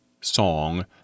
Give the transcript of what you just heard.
song